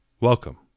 Welcome